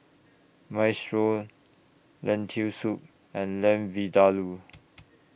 Minestrone Lentil Soup and Lamb Vindaloo